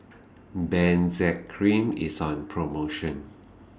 Benzac Cream IS on promotion